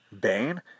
Bane